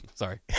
Sorry